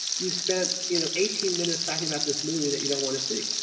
you've spent you know eighteen minutes talking about this movie that you don't want to see.